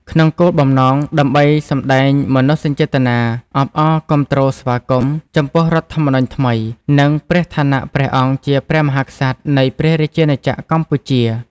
ក្នុងគោលបំណង ដើម្បីសម្តែងមនោសញ្ចេតនាអបអរគាំទ្រស្វាគមន៍ ចំពោះរដ្ឋធម្មនុញ្ញថ្មី និងព្រះឋានៈព្រះអង្គជា ព្រះមហាក្សត្រ នៃព្រះរាជាណាចក្រកម្ពុជា ។